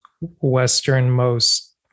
westernmost